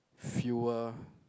fewer